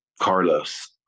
carlos